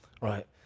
Right